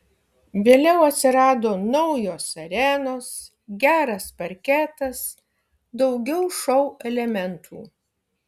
vėliau atsirado naujos arenos geras parketas daugiau šou elementų